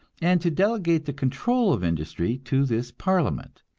and to delegate the control of industry to this parliament.